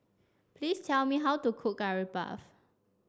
please tell me how to cook Curry Puff